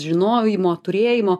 žinojimo turėjimo